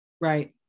Right